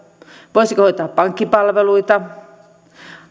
voisiko se hoitaa pankkipalveluita